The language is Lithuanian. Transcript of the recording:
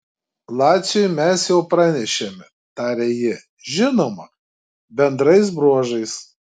laciui mes jau pranešėme tarė ji žinoma bendrais bruožais